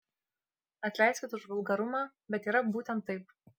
atleiskit už vulgarumą bet yra būtent taip